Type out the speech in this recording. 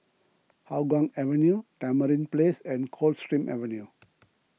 Hougang Avenue Tamarind Place and Coldstream Avenue